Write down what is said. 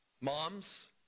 moms